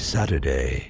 Saturday